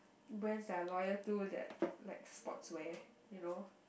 brands that are loyal to that like sportswear you know